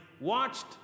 watched